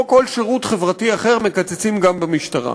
בכל שירות חברתי אחר מקצצים גם במשטרה.